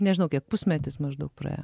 nežinau kiek pusmetis maždaug praėjo